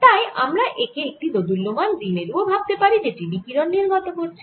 তাই আমরা একে একটি দোদুল্যমান দ্বিমেরু ও ভাবতে পারি যেটি বিকিরণ নির্গত করছে